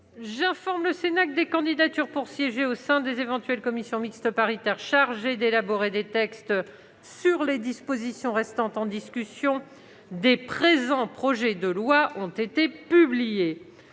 J'informe le Sénat que des candidatures pour siéger au sein des éventuelles commissions mixtes paritaires chargées d'élaborer des textes sur les dispositions restant en discussion des présents projets de loi ont été publiées.